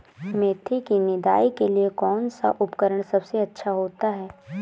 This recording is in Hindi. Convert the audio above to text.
मेथी की निदाई के लिए कौन सा उपकरण सबसे अच्छा होता है?